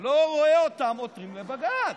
אני לא רואה אותם עותרים לבג"ץ.